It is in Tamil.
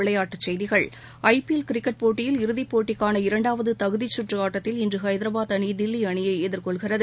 விளையாட்டுச்செய்திகள் ஐபிஎல் கிரிக்கெட் போட்டியில் இறுதிப்போட்டிக்கான இரண்டாவது தகுதிச்சுற்று ஆட்டத்தில் இன்று ஹைதராபாத் அணி தில்லி அணியை எதிர்கொள்கிறது